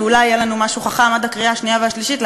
ואולי עד הקריאה השנייה והשלישית יהיה